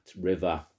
river